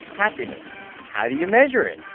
happiness how do you measure it?